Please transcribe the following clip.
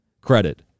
credit